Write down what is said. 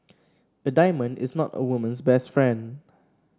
a diamond is not a woman's best friend